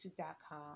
youtube.com